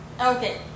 Okay